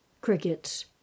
crickets